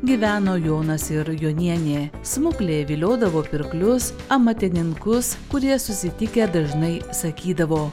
gyveno jonas ir jonienė smuklė viliodavo pirklius amatininkus kurie susitikę dažnai sakydavo